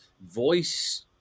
voice